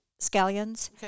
scallions